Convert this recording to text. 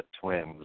Twins